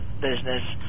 business